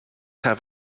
have